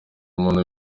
umuntu